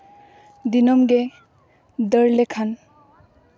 ᱫᱤᱱᱟᱹᱢ ᱜᱮ ᱫᱟᱹᱲ ᱞᱮᱠᱷᱟᱱ